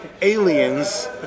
aliens